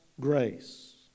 grace